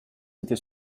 était